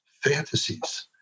fantasies